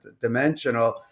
Dimensional